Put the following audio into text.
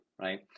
right